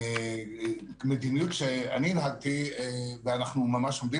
מדיניות שאני הנהגתי ואנחנו ממש עומדים